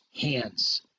hands